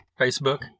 Facebook